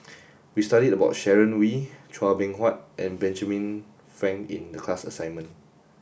we studied about Sharon Wee Chua Beng Huat and Benjamin Frank in the class assignment